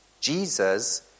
Jesus